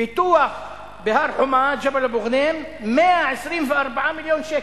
פיתוח בהר-חומה ג'בל-אבו-ע'נים, 124 מיליון שקל,